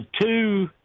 two